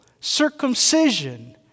circumcision